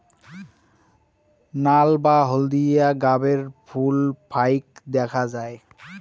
নাল বা হলদিয়া গাবের ফুল ফাইক দ্যাখ্যা যায়